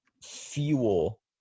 fuel